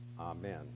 Amen